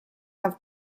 have